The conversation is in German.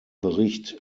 bericht